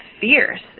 fierce